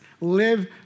Live